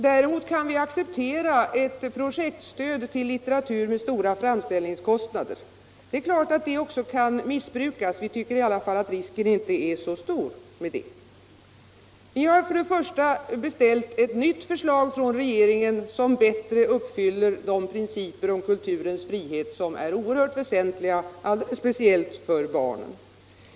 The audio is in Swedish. Däremot kan vi acceptera ett projektstöd till litteratur med stora framställningskostnader. Givetvis kan det också missbrukas. Vi tycker i alla fall att riskerna inte är så stora för det. Vi har beställt ett nytt förslag från regeringen som bättre uppfyller de principer om kulturens frihet som är så oerhört väsentliga, speciellt för barn.